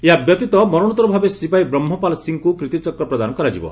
ଏହା ବ୍ୟତୀତ ମରଣୋତ୍ତର ଭାବେ ସିପାହୀ ବ୍ରହ୍ମପାଲ୍ ସିଂଙ୍କୁ କିର୍ତ୍ତୀଚକ୍ର ପ୍ରଦାନ କରାଯିବ